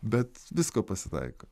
bet visko pasitaiko